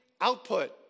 output